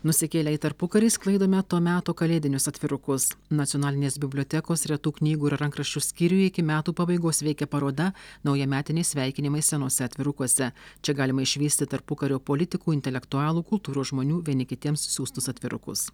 nusikėlę į tarpukarį sklaidome to meto kalėdinius atvirukus nacionalinės bibliotekos retų knygų ir rankraščių skyriuje iki metų pabaigos veikia paroda naujametiniai sveikinimai senuose atvirukuose čia galima išvysti tarpukario politikų intelektualų kultūros žmonių vieni kitiems siųstus atvirukus